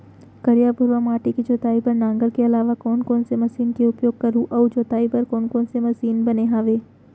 करिया, भुरवा माटी के जोताई बर नांगर के अलावा कोन कोन से मशीन के उपयोग करहुं अऊ जोताई बर कोन कोन से मशीन बने हावे?